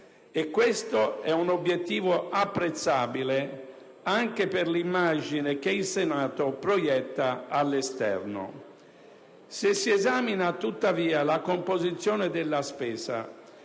e questo è un obiettivo apprezzabile anche per l'immagine che il Senato proietta all'esterno. Se si esamina tuttavia la composizione della spesa,